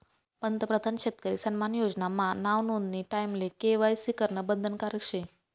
पंतप्रधान शेतकरी सन्मान योजना मा नाव नोंदानी टाईमले के.वाय.सी करनं बंधनकारक शे